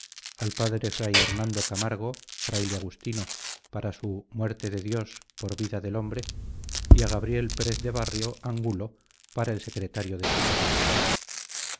al padre fray hernando camargo fraile agustino para su muerte de dios por vida del hombre y a gabriel pérez de barrio angulo para el secretario de señores